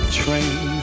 train